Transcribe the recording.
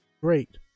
Great